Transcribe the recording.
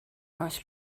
wrth